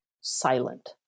silent